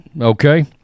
Okay